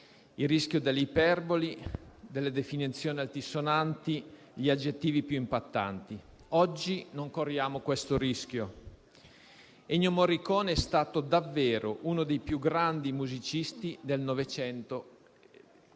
il rischio delle iperboli, delle definizioni altisonanti e degli aggettivi più impattanti. Oggi non corriamo questo rischio: Ennio Morricone è stato davvero uno dei più grandi musicisti del '900 e